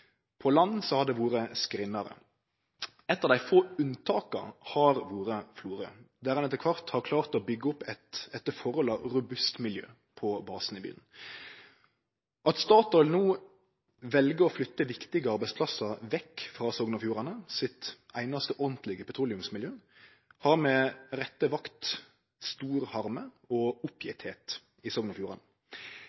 På land har det vore skrinnare. Eitt av dei få unntaka har vore Florø, der ein etter kvart har klart å byggje opp eit etter forholda robust miljø på basen i byen. At Statoil no vel å flytte viktige arbeidsplassar vekk frå Sogn og Fjordane sitt einaste ordentlege petroleumsmiljø, har med rette vekt stor harme og